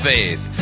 Faith